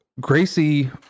Gracie